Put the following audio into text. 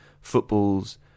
football's